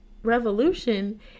revolution